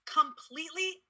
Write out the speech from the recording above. completely